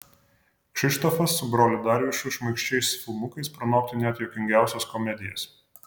kšištofas su broliu darjušu šmaikščiais filmukais pranoktų net juokingiausias komedijas